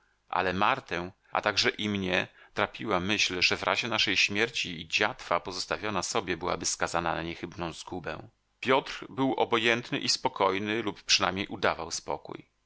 ale martę a także i mnie trapiła myśl że w razie naszej śmierci i dziatwa pozostawiona sobie byłaby skazana na niechybną zgubę piotr był obojętny i spokojny lub przynajmniej udawał spokój